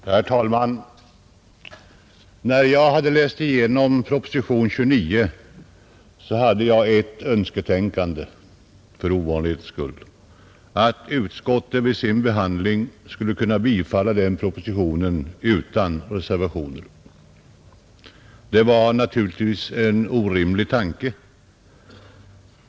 Herr talman! När jag hade läst igenom propositionen nr 29 hemföll jag för ovanlighetens skull till ett önsketänkande — att utskottet vid sin behandling skulle kunna bifalla propositionen utan reservationer. Detta var naturligtvis en orimlig tanke.